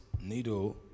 needle